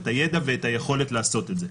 את הידע ואת היכולת לעשות את זה.